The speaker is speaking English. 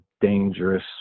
dangerous